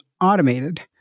automated